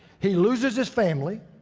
he loses his family,